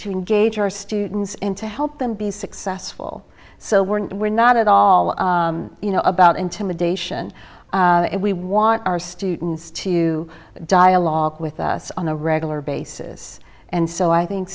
engage our students in to help them be successful so we're we're not at all you know about intimidation and we want our students to dialogue with us on a regular basis and so i think